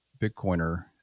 Bitcoiner